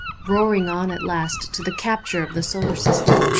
roaring on at last to the capture of the solar system,